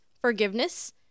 forgiveness